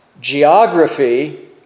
geography